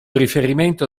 riferimento